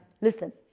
Listen